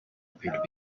appeared